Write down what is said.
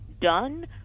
done